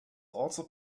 also